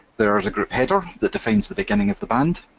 there is a group header that defines the beginning of the band,